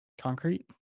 concrete